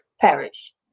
perish